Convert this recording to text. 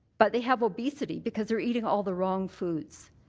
but they have obesity because they're eating all the wrong foods?